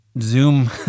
Zoom